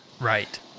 Right